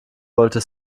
wollte